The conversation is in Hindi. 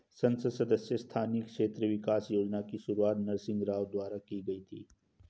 संसद सदस्य स्थानीय क्षेत्र विकास योजना की शुरुआत नरसिंह राव द्वारा की गई थी